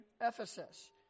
Ephesus